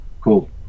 Cool